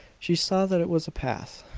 she saw that it was a path,